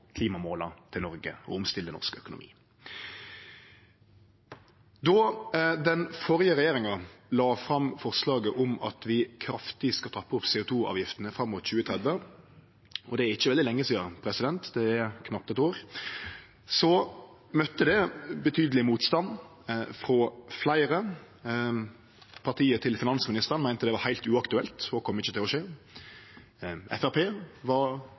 klimamåla til Noreg og omstille norsk økonomi. Då den førre regjeringa la fram forslaget om vi skal trappe opp CO 2 -avgiftene kraftig fram mot 2030 – og det er ikkje veldig lenge sidan, det er knapt eit år – møtte det betydeleg motstand frå fleire. Partiet til finansministeren meinte det var heilt uaktuelt og ikkje kom til å skje. Framstegspartiet var